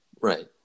Right